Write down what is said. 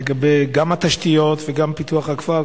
גם לגבי התשתיות וגם בפיתוח הכפר,